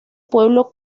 pueblo